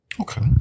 Okay